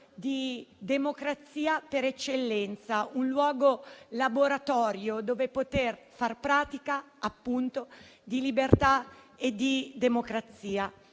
di democrazia per eccellenza, un laboratorio dove poter far pratica, appunto, di libertà e di democrazia.